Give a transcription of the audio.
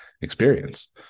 experience